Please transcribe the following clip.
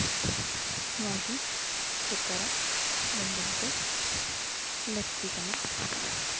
ᱱᱚᱣᱟᱜᱮ ᱥᱚᱨᱠᱟᱨᱟᱜ ᱵᱚᱱᱫᱮᱡᱽ ᱫᱚ ᱞᱟᱹᱠᱛᱤ ᱠᱟᱱᱟ